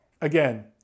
again